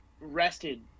rested